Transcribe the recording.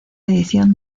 edición